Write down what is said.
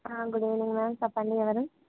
good evening ma'am చెప్పండి ఎవరు